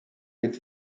with